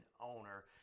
owner